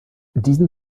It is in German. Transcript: diesen